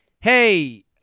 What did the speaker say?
hey